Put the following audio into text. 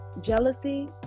jealousy